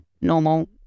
normal